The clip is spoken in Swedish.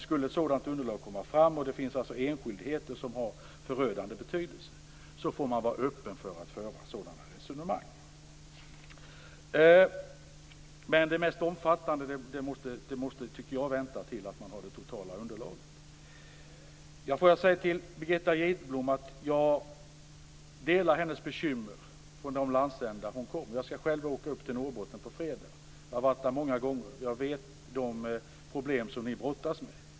Skulle ett sådant underlag komma fram i fall där enskildheter får en förödande betydelse, får man vara öppen för att föra resonemang om detta. Jag tycker dock att de mest omfattande resonemangen måste vänta till dess att man har det totala underlaget. Låt mig säga till Birgitta Gidblom att jag delar hennes bekymmer för den landsända som hon kommer från. Jag skall själv åka upp till Norrbotten på fredag, och jag har varit där många gånger. Jag känner till de problem som ni brottas med.